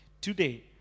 Today